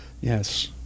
yes